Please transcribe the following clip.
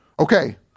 Okay